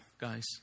guys